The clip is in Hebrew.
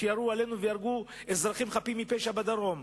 שירו עלינו והרגו אזרחים חפים מפשע בדרום.